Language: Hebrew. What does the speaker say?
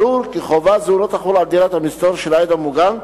ברור כי חובה זו לא תחול על דירת המסתור של העד המוגן,